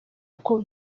uko